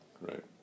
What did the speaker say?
right